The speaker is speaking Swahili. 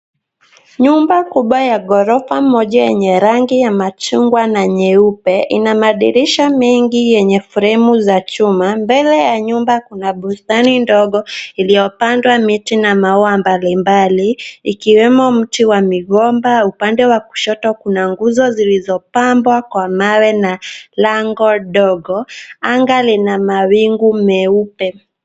Nyumba kubwa ya gorofa moja yenye rangi ya machungwa na nyeupe, ina madirisha mengi yenye fremu za chuma. Mbele ya nyumba, kuna bustani ndogo iliyopandwa miti na maua mbalimbali ikiwemo mti wa migomba. Upande huo wa kushoto kuna nguzo zilizopambwa kwa mawe na lango ndogo. Anga lina mawingu meupe.